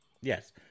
Yes